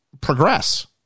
progress